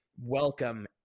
welcome